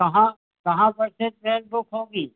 कहाँ कहाँ पर से ट्रेन बुक होगी